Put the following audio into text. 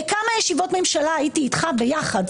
בכמה ישיבות ממשלה הייתי איתך ביחד,